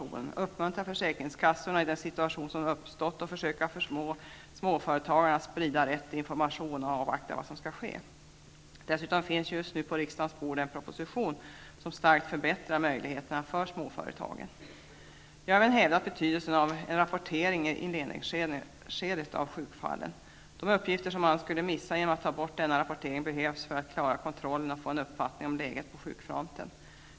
Det gäller ju att uppmuntra försäkringskassorna i den situation som har uppstått, att försöka förmå småföretagarna att sprida rätt information och att avvakta utvecklingen. Dessutom finns det just nu på riksdagens bord en proposition som starkt förbättrar möjligheterna för småföretagen. Jag har även hävdat betydelsen av en rapportering i inledningsskedet av sjukfallen. De uppgifter som man skulle missa genom borttagandet av denna rapportering behövs för att man skall klara kontrollen och för att man skall få en uppfattning om läget på sjukfronten.